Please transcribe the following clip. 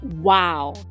wow